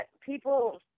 people